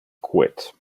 quit